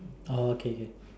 oh okay okay